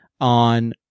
on